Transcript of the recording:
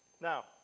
Now